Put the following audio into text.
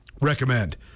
recommend